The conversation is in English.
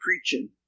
preaching